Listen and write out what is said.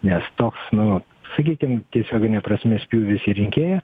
nes toks nu sakykim tiesiogine prasme spjūvis į rinkėją